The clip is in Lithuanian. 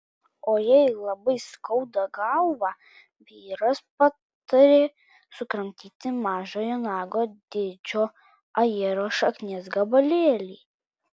o jei labai skauda galvą vyras patarė sukramtyti mažojo nago dydžio ajero šaknies gabalėlį